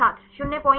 छात्र 001